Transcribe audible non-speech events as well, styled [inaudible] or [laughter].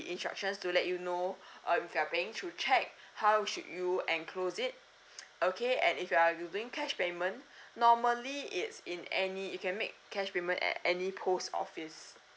instructions to let you know um if you're paying through check how should you enclose it [noise] okay and if you're be doing cash payment normally it's in any you can make cash payment at any post office